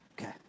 Okay